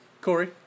Corey